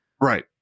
Right